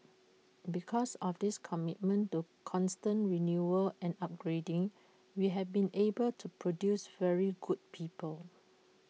because of this commitment to constant renewal and upgrading we have been able to produce very good people